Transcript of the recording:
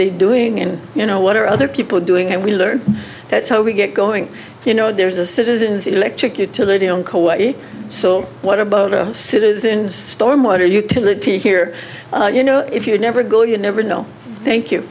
they doing and you know what are other people doing and we learn that's how we get going you know there's a citizens electric utility and koichi so what about a citizens storm water utility here you know if you never go you never know thank you